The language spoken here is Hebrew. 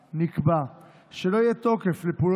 זה דיון שאפשר לנהל